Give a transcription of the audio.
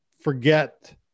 forget